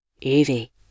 Evie